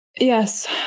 Yes